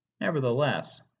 Nevertheless